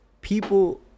people